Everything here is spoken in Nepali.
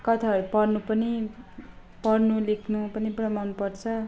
कथाहरू पढनु पनि पढनु लेख्नु पनि पुरा मन पर्छ